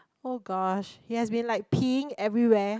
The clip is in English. oh gosh he has been like peeing everywhere